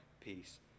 peace